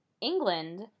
England